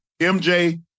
MJ